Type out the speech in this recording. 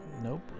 Nope